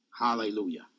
Hallelujah